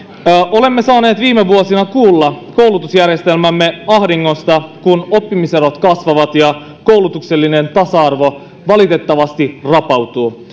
olemme saaneet viime vuosina kuulla koulutusjärjestelmämme ahdingosta kun oppimiserot kasvavat ja koulutuksellinen tasa arvo valitettavasti rapautuu